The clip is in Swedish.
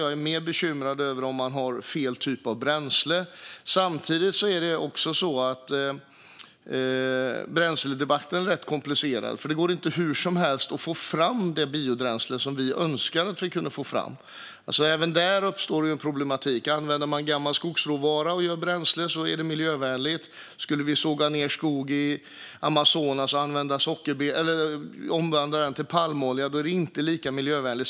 Jag är mer bekymrad över om man har fel typ av bränsle. Samtidigt är bränsledebatten lätt komplicerad, för det går inte hur lätt som helst att få fram det biobränsle som vi önskar att vi kunde få fram. Även där uppstår det nämligen en problematik: Använder man gammal skogsråvara och gör bränsle av den är det miljövänligt, men skulle vi såga ned skog i Amazonas och omvandla den till palmolja är det inte lika miljövänligt.